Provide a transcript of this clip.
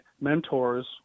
mentors